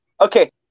okay